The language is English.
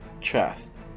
chest